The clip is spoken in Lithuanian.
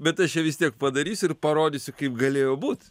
bet aš ją vis tiek padarysiu ir parodysiu kaip galėjo būt